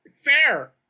Fair